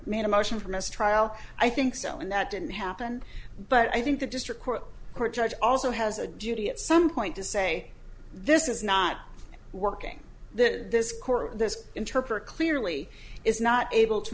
made a motion for mistrial i think so and that didn't happen but i think the district court judge also has a duty at some point to say this is not working that this court this interpret clearly is not able to